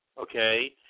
okay